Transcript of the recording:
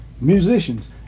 musicians